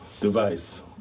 device